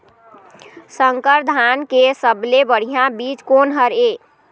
संकर धान के सबले बढ़िया बीज कोन हर ये?